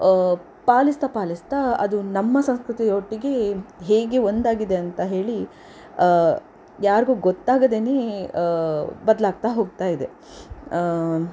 ಪಾಲಿಸ್ತಾ ಪಾಲಿಸ್ತಾ ಅದು ನಮ್ಮ ಸಂಸ್ಕೃತಿಯೊಟ್ಟಿಗೆ ಹೇಗೆ ಒಂದಾಗಿದೆ ಅಂತ ಹೇಳಿ ಯಾರಿಗೂ ಗೊತ್ತಾಗದೇನೆ ಬದಲಾಗ್ತಾ ಹೋಗ್ತಾಯಿದೆ